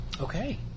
Okay